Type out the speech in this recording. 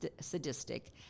sadistic